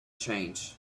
change